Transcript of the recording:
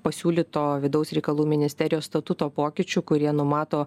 pasiūlyto vidaus reikalų ministerijos statuto pokyčių kurie numato